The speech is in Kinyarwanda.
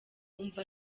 umva